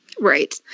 Right